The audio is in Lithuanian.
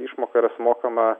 išmoka yra sumokama